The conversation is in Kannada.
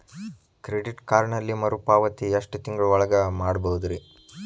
ಕ್ರೆಡಿಟ್ ಕಾರ್ಡಿನಲ್ಲಿ ಮರುಪಾವತಿ ಎಷ್ಟು ತಿಂಗಳ ಒಳಗ ಮಾಡಬಹುದ್ರಿ?